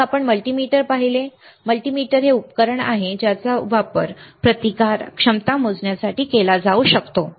मग आपण मल्टीमीटर पाहिले मल्टीमीटर हे एक उपकरण आहे ज्याचा वापर प्रतिकार क्षमता मोजण्यासाठी केला जाऊ शकतो